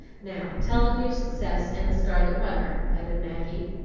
now tell of your success, and the scarlet runner, added maggie.